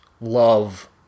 love